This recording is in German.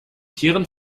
tieren